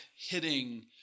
hitting